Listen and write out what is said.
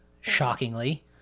shockingly